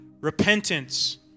repentance